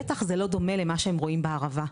בטח זה לא דומה למה שהם רואים בערבה,